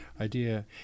idea